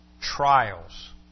trials